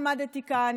עמדתי כאן,